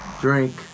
drink